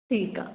ठीकु आहे